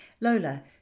Lola